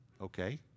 okay